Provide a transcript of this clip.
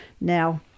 Now